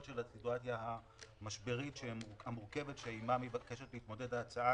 של הסיטואציה המשברית והמורכבת שעימה מתבקשת להתמודד ההצעה,